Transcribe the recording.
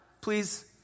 Please